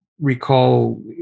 recall